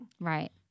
Right